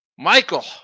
Michael